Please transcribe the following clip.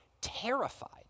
terrified